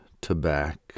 tobacco